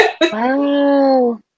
wow